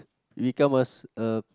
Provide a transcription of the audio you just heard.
become a a